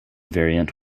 variant